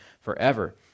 forever